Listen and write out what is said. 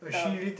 the